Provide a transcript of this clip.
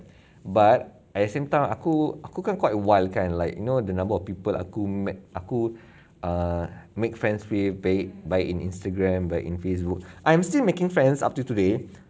but at the same time aku aku kan quite wild kan like you know the number of people aku met aku err make friends with babe by in instagram by in facebook I'm still making friends up to today